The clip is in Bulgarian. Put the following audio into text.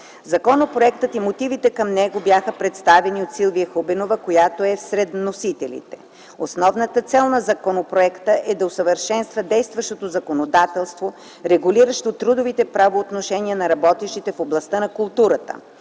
Законопроектът и мотивите към него бяха представени от Силвия Хубенова, която е сред вносителите. Основната цел на законопроекта е да усъвършенства действащото законодателство, регулиращо трудовите правоотношения на работещите в областта на културата.